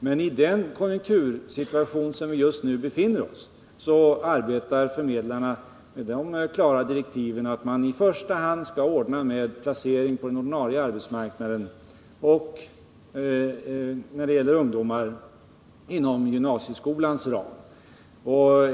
Men i den konjunktursituation som vi just nu befinner oss i arbetar förmedlarna med det klara direktivet att de i första hand skall ordna med placering på den ordinarie arbetsmarknaden när det gäller ungdomar inom gymnasieskolans ram.